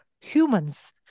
humans